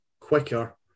quicker